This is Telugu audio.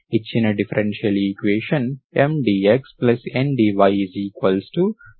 ఇచ్చిన differential equation M dxN dy0 ను సూచిస్తుంది